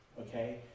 Okay